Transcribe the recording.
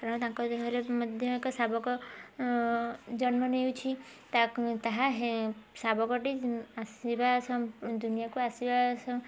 କାରଣ ତାଙ୍କ ଦେହରେ ମଧ୍ୟ ଏକ ଶାବକ ଜନ୍ମ ନେଉଛି ତାହା ଶାବକଟି ଆସିବା ଦୁନିଆକୁ ଆସିବା